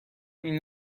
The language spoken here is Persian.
این